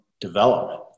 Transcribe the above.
development